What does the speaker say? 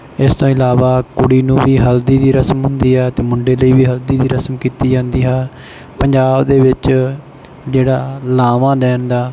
ਇਸ ਤੋਂ ਇਲਾਵਾ ਕੁੜੀ ਨੂੰ ਵੀ ਹਲਦੀ ਦੀ ਰਸਮ ਹੁੰਦੀ ਹੈ ਅਤੇ ਮੁੰਡੇ ਲਈ ਵੀ ਹਲਦੀ ਦੀ ਰਸਮ ਕੀਤੀ ਜਾਂਦੀ ਹੈ ਪੰਜਾਬ ਦੇ ਵਿੱਚ ਜਿਹੜਾ ਲਾਵਾਂ ਲੈਣ ਦਾ